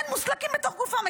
כן, מוסלקים בתוך גופם.